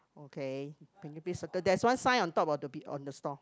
okay can you please circle there's one sign on top of the b~ on the store